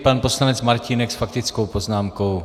Pan poslanec Martínek s faktickou poznámkou.